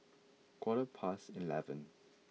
quarter past eleven